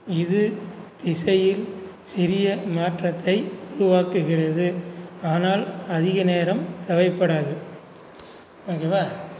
இது திசையில் சிறிய மாற்றத்தை உருவாக்குகிறது ஆனால் அதிக நேரம் தேவைப்படாது ஓகேவா